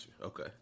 Okay